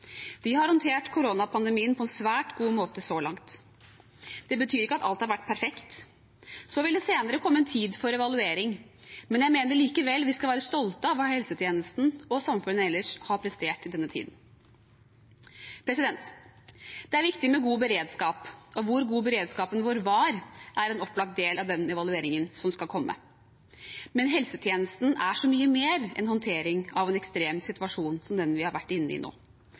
har håndtert koronapandemien på en svært god måte så langt. Det betyr ikke at alt har vært perfekt. Så vil det senere komme en tid for evaluering, men jeg mener likevel vi skal være stolte av hva helsetjenesten og samfunnet ellers har prestert i denne tiden. Det er viktig med god beredskap, og hvor god beredskapen vår var, er en opplagt del av den evalueringen som skal komme. Men helsetjenesten er så mye mer enn håndtering av en ekstrem situasjon som den vi har vært inne i nå.